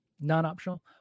Non-optional